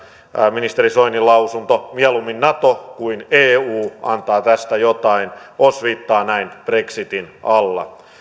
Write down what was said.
ministeri soinin lausunto vuodelta kaksituhattakahdeksan mieluummin nato kuin eu antaa tästä jotain osviittaa näin brexitin alla